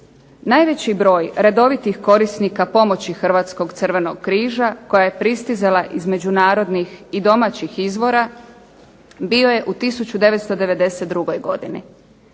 Najveći broj redovitih korisnika pomoći Hrvatskog crvenog križa koja je pristizala iz međunarodnih i domaćih izvora bio je u 1992. godini.